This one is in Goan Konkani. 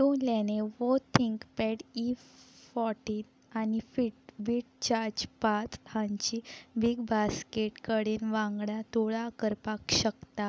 तूं लेनेवो थिंकपॅड इ फोर्टीन आनी फीट बीट चार्ज पात हांची बीग बास्केट कडेन वांगडा तुळा करपाक शकता